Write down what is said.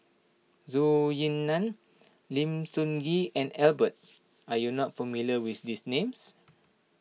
Zhou Ying Nan Lim Sun Gee and Lambert are you not familiar with these names